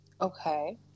Okay